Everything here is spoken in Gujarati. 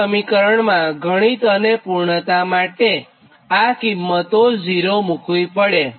તો સમીકરણમાં ગણિત અને પૂર્ણતા માટે આ કિંમતો 0 મુક્વી પડે